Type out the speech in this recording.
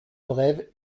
brève